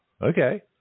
Okay